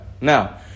Now